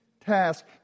task